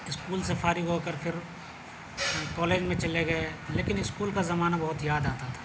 school سے فارغ ہو کر پھر کالج میں چلے گئے لیکن اسکول کا زمانہ بہت یاد آتا تھا